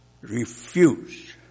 refuse